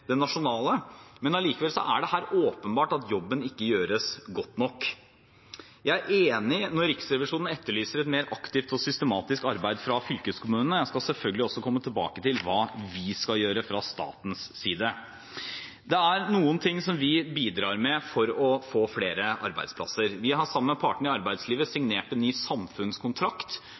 er det åpenbart at jobben ikke gjøres godt nok. Jeg er enig når Riksrevisjonen etterlyser et mer aktivt og systematisk arbeid fra fylkeskommunenes side, og jeg skal selvfølgelig komme tilbake til hva vi skal gjøre fra statens side. Det er noen ting vi bidrar med for å få flere arbeidsplasser. Vi har sammen med partene i arbeidslivet signert en ny samfunnskontrakt.